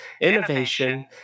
innovation